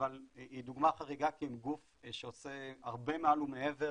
היא דוגמה חריגה כי הם גוף שעושה הרבה מעל ומעבר